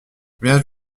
viens